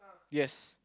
yes